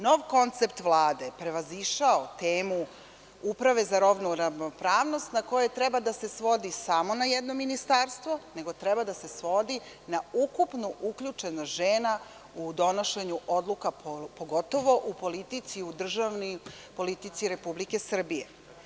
Nov koncept Vlade je prevazišao temu Uprave za rodnu ravnopravnost na koje treba da se svodi samo na jedno ministarstvo, nego treba da se svodi na ukupnu uključenost žena u donošenju odluka, pogotovo u politici i u državnoj politici Republike Srbije.